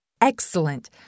Excellent